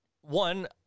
one